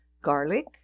Garlic